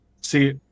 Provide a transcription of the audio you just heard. See